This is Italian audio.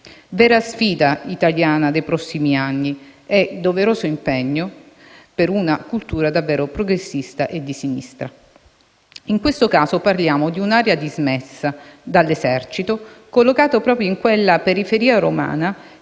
vera sfida italiana dei prossimi anni e doveroso impegno per una cultura davvero progressista e di sinistra. In questo caso parliamo di un'area dismessa dell'esercito, collocata proprio in quella periferia romana